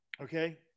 okay